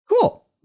Cool